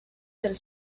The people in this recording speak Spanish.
del